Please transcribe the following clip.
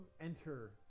enter